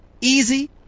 easy